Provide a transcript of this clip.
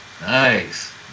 Nice